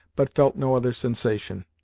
but felt no other sensation.